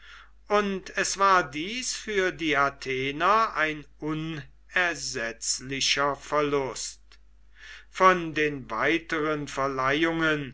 und es war dies für die athener ein unersetzlicher verlust von den weiteren verleihungen